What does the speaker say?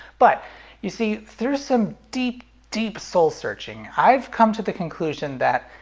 but you see, through some deep, deep soul-searching, i've come to the conclusion that,